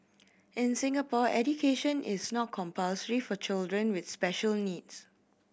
in Singapore education is not compulsory for children with special needs